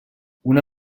una